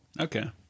Okay